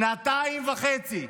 שנתיים וחצי.